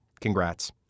Congrats